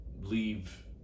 leave